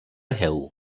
ହେଉ